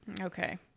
Okay